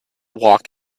walk